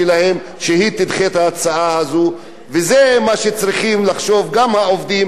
וזה מה שצריכים לחשוב גם העובדים וגם הפועלים בכל המדינה הזו,